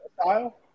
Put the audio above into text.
style